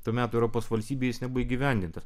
to meto europos valstybių jis neįgyvendintas